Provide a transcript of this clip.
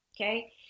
okay